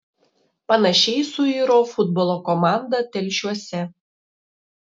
panašiai suiro futbolo komanda telšiuose